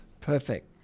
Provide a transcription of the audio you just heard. Perfect